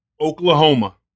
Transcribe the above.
Oklahoma